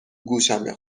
گوشمه